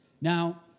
Now